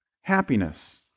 happiness